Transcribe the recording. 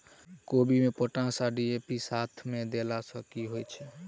कोबी मे पोटाश आ डी.ए.पी साथ मे देला सऽ की होइ छै?